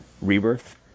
Rebirth